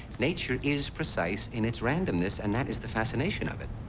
nature is precise in its randomness and that is the fascination of it.